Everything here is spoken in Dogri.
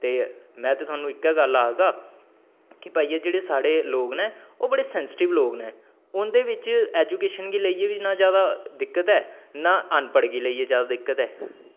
ते में ते थुआनूं इक्कै गल्ल आखगा कि भाई एह् जेह्ड़े साढ़े लोग न ओह् बड़े सैंस्टिव लोग न उं'दे बिच्च एजूकेशन गी लेइयै बी इन्ना जादा दिक्कत ऐ ना अनपढ़ गी लेइयै जादा दिक्कत ऐ